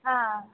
ಹಾಂ